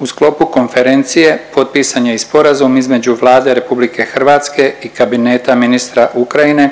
U sklopu konferencije potpisan je i sporazum između Vlade RH i kabineta ministra Ukrajine